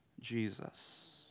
Jesus